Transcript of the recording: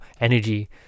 energy